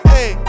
Hey